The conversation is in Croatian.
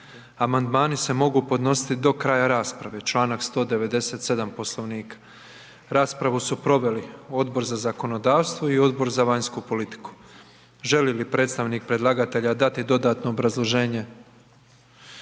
Amandmani se mogu podnositi do kraja rasprave, članak 197. Poslovnika. Raspravu su proveli Odbor za zakonodavstvo i Odbor za vanjsku politiku. Želi li predstavnik predlagatelja dati dodatno obrazloženje?